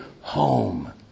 home